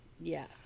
Yes